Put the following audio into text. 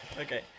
Okay